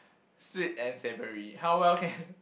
sweet and savoury how well can